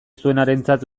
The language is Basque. zuenarentzat